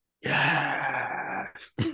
Yes